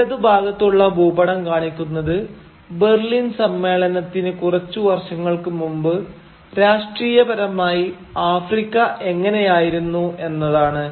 ഇടതു ഭാഗത്തുള്ള ഭൂപടം കാണിക്കുന്നത് ബെർലിൻ സമ്മേളനത്തിന് കുറച്ചു വർഷങ്ങൾക്കു മുമ്പ് രാഷ്ട്രീയപരമായി ആഫ്രിക്ക എങ്ങനെയായിരുന്നു എന്നാണ്